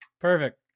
perfect